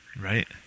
right